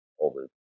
over